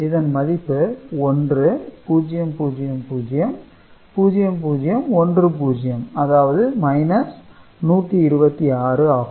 இதன் மதிப்பு 1000 0010 அதாவது 126 ஆகும்